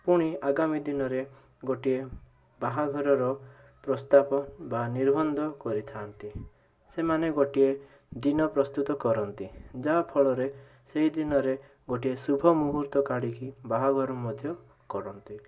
ପୁଣି ଆଗାମୀ ଦିନରେ ଗୋଟିଏ ବାହାଘରର ପ୍ରସ୍ତାବ ବା ନିର୍ବନ୍ଧ କରିଥାନ୍ତି ସେମାନେ ଗୋଟିଏ ଦିନ ପ୍ରସ୍ତୁତ କରନ୍ତି ଯାହା ଫଳରେ ସେହି ଦିନରେ ଗୋଟିଏ ଶୁଭ ମୁହୂର୍ତ୍ତ କାଢ଼ିକି ବାହାଘର ମଧ୍ୟ କରନ୍ତି